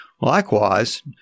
Likewise